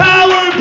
Power